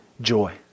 joy